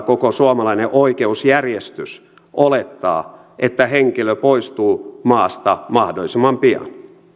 koko suomalainen oikeusjärjestys olettaa että henkilö poistuu maasta mahdollisimman pian